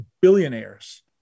billionaires